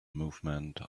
movement